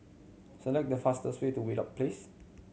select the fastest way to Wheelock Place